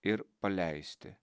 ir paleisti